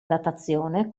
datazione